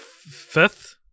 fifth